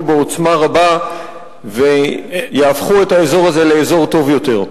בעוצמה רבה ויהפכו את האזור הזה לאזור טוב יותר.